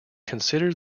consider